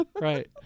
Right